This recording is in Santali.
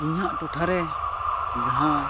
ᱤᱧᱟᱹᱜ ᱴᱚᱴᱷᱟᱨᱮ ᱡᱟᱦᱟᱸ